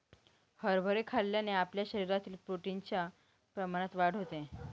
हरभरे खाल्ल्याने आपल्या शरीरातील प्रोटीन च्या प्रमाणात वाढ होते